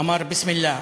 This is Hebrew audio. אמר "בסם אללה".